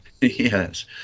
Yes